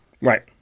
Right